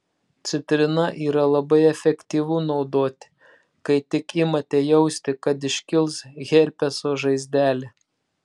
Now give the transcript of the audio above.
citrina yra labai efektyvu naudoti kai tik imate jausti kad iškils herpeso žaizdelė